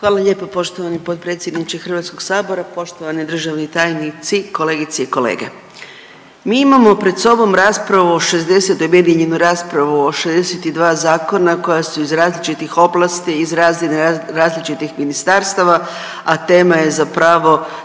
Hvala lijepa poštovani potpredsjedniče Hrvatskog sabora, poštovani državni tajnici, kolegice i kolege. Mi imamo pred sobom raspravu o 60, objedinjenu raspravu o 62 zakona koja su iz različitih oblati, iz razine različitih ministarstava, a tema je zapravo